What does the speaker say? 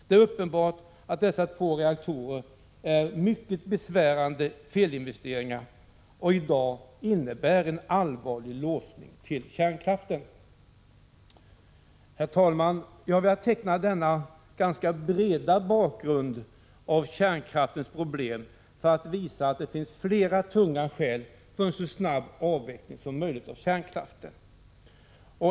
Det är uppenbart att dessa två reaktorer är mycket besvärande felinvesteringar, som i dag innebär en allvarlig låsning till kärnkraften. Herr talman! Jag har velat teckna denna ganska breda bakgrund av kärnkraftens problem för att visa att det finns flera tunga skäl för en så snabb avveckling som möjligt av kärnkraften.